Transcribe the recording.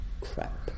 Crap